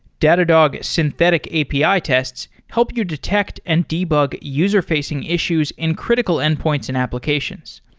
datadog synthetic api ah tests help you detect and debug user-facing issues in critical endpoints and application. so